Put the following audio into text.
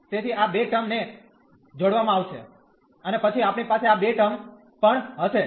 તેથી આ બે ટર્મ ને જોડવામાં આવશે અને પછી આપણી પાસે આ બે ટર્મ પણ હશે